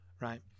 right